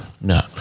no